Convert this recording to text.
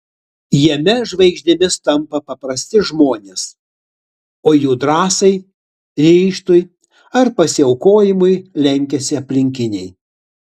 jame žvaigždėmis tampa paprasti žmonės o jų drąsai ryžtui ar pasiaukojimui lenkiasi aplinkiniai